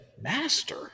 Master